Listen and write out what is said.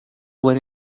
were